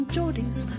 Geordies